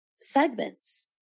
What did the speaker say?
segments